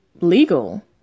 legal